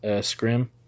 Scrim